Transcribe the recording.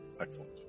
Excellent